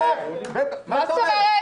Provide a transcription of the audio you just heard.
ברור, מה זאת אומרת?